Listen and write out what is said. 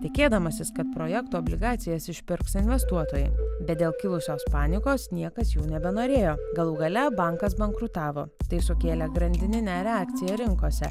tikėdamasis kad projekto obligacijas išpirks investuotojai bet dėl kilusios panikos niekas jų nebenorėjo galų gale bankas bankrutavo tai sukėlė grandininę reakciją rinkose